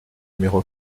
numéro